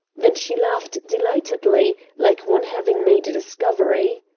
then she laughed delightedly, like one having made a discovery.